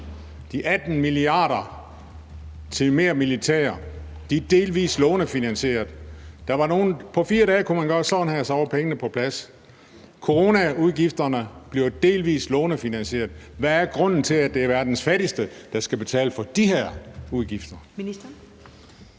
De 18 mia. kr. til mere militær er delvis lånefinansieret. På 4 dage kunne man knipse med fingrene, og så var pengene på plads. Coronaudgifterne bliver delvis lånefinansieret. Hvad er grunden til, at det er verdens fattigste, der skal betale for de her udgifter?